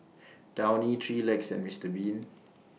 Downy three Legs and Mister Bean